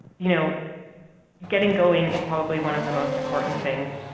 you know getting going is probably one of the most important things.